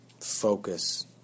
Focus